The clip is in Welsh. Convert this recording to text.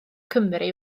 gymru